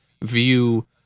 view